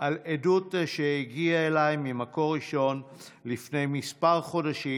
על עדות שהגיעה אליי ממקור ראשון לפני כמה חודשים